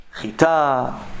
chita